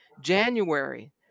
January